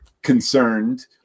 concerned